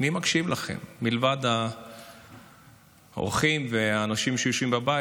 מי מקשיב לכם מלבד האורחים והאנשים שיושבים בבית?